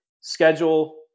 schedule